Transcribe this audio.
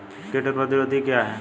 कीट प्रतिरोधी क्या है?